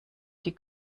die